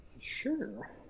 Sure